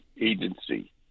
agency